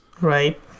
Right